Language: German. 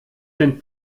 den